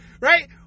right